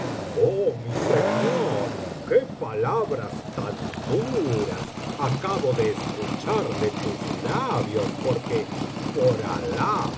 oh mi señor qué palabras tan duras acabo de escuchar de tus labios porque por alah